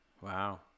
Wow